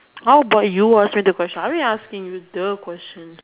how bout you ask me the question I'm already asking you the questions